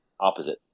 opposite